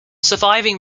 surviving